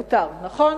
מותר, נכון?